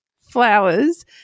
Flowers